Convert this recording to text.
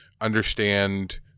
understand